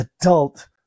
adult